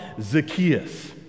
Zacchaeus